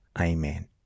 Amen